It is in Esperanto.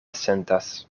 sentas